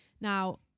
Now